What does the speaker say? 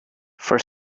for